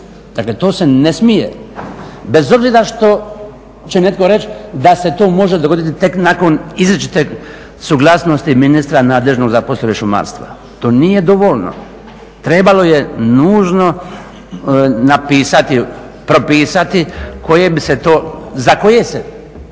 Dakle, to se ne smije bez obzira što će netko reći da se to može dogoditi tek nakon izričite suglasnosti ministra nadležnog za poslove šumarstva. To nije dovoljno. Trebalo je nužno napisati, propisati za koje se